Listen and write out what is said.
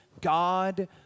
God